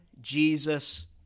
Jesus